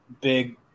big